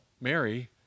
Mary